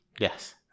Yes